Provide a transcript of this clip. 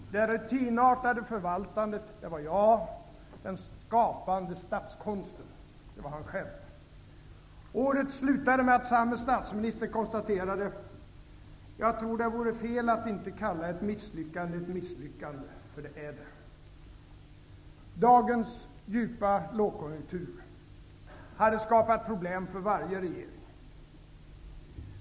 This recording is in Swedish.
Det ''rutinartade förvaltandet'' stod för mig, medan den ''skapande statskonsten'' stod för honom själv. Året slutade med att samme statsminister konstaterade: ''Jag tror att det vore fel att inte kalla ett misslyckande ett misslyckande, för det är det''. Dagens djupa lågkonjunktur hade skapat problem för varje regering.